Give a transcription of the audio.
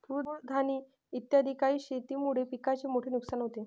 तृणधानी इत्यादी काही शेतीमुळे पिकाचे मोठे नुकसान होते